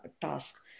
task